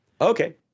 Okay